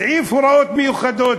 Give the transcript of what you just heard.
סעיף הוראות מיוחדות.